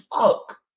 fuck